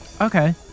Okay